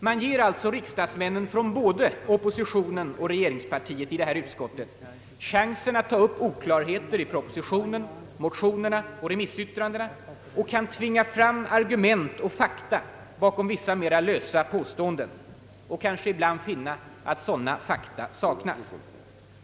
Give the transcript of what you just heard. Man ger alltså riksdagsmännen från både oppositionen och regeringspartiet i det här utskottet chansen att ta upp oklarheter i propositionen, motionerna och remissyttrandena och kan tvinga fram argument och fakta bakom vissa mera lösa påståenden — och kanske ibland finna att sådana fakta saknas.